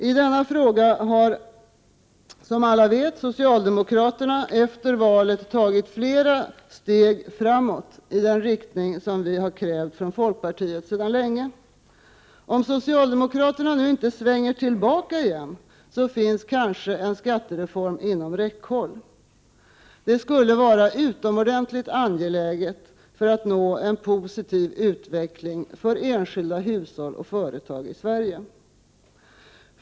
I denna fråga har, som alla vet, socialdemokraterna efter valet tagit flera steg framåt i den riktning som vi i folkpartiet länge krävt. Om socialdemokraterna nu inte svänger tillbaka igen finns kanske en skattereform inom räckhåll. Det skulle vara utomordentligt angeläget för att nå en positiv utveckling för enskilda hushåll och företag i Sverige.